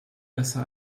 besser